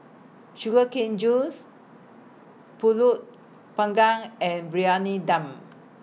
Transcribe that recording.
Sugar Cane Juice Pulut Panggang and Briyani Dum